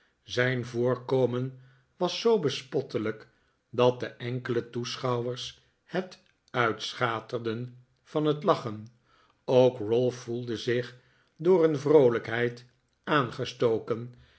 zijn voorkomen was zoo bespottelijk dat de enkele toeschouwers het uitschaterden van het lachen ook ralph voelde zich door hun vroolijkheid aangestoken